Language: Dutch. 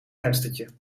venstertje